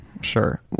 sure